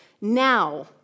now